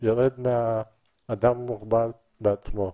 יירד מהאדם המוגבל בעצמו.